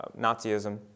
Nazism